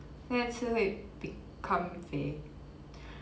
现在吃会 become 肥